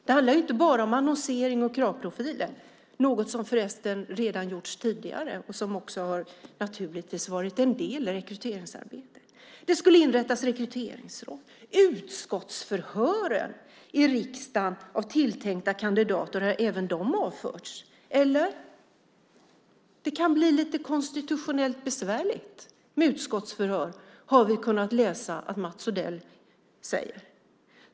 Det handlar inte bara om annonsering och kravprofiler, något som förresten redan gjorts tidigare och som också naturligtvis har varit en del i rekryteringsarbetet. Det skulle inrättas rekryteringsråd. Utskottsförhören i riksdagen av tilltänkta kandidater har även de avförts. Eller? Det kan bli lite konstitutionellt besvärligt med utskottsförhör, har vi kunnat läsa att Mats Odell säger.